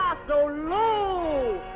um so low!